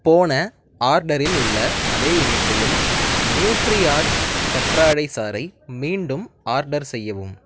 போன ஆர்டரில் உள்ள அதே எண்ணிக்கையில் நியூட்ரிஆர்க் கற்றாழை சாறை மீண்டும் ஆர்டர் செய்யவும்